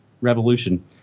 revolution